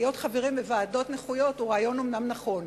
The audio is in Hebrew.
חברים בוועדות נכויות הוא אומנם רעיון נכון,